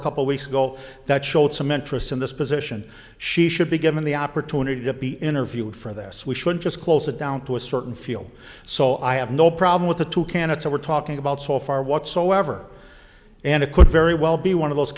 floor couple weeks ago that showed some interest in this position she should be given the opportunity to be interviewed for this we should just close it down to a certain feel so i have no problem with the two candidates we're talking about so far whatsoever and it could very well be one of those